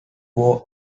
wore